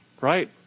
right